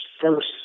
first